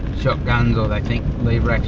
shotguns or they think lever-action